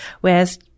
whereas